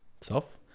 self